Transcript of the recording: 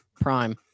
Prime